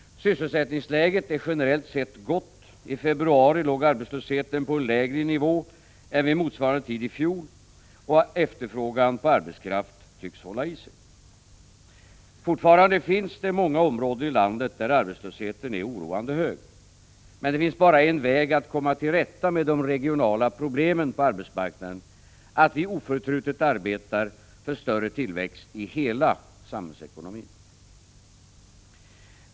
Sysselsättningsläget är generellt sett gott — i februari låg arbetslösheten på en lägre nivå än vid motsvarande tid i fjol, och efterfrågan på arbetskraft tycks hålla i sig. Fortfarande finns det många områden i landet där arbetslösheten är oroande hög. Men det finns bara en väg att komma till rätta med de regionala problemen på arbetsmarknaden: att vi oförtrutet arbetar för större tillväxt i hela samhällsekonomin.